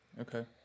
okay